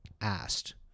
asked